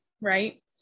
right